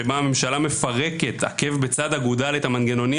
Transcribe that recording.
שבה הממשלה מפרקת עקב בצד אגודל את המנגנונים